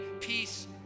peace